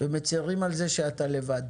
ומצרים על כך שאתה לבד.